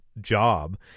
job